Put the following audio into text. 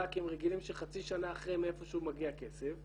כי הם רגילים שחצי שנה אחרי מאיפה שהוא מגיע כסף.